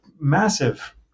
Massive